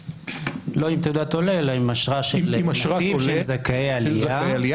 לא עם תעודת עולה, אלא עם אשרה של זכאי עלייה.